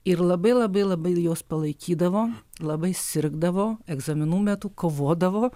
ir labai labai labai juos palaikydavo labai sirgdavo egzaminų metu kovodavo